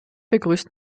begrüßt